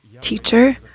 Teacher